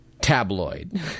tabloid